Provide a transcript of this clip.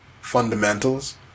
fundamentals